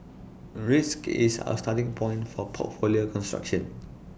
risk is our starting point for portfolio construction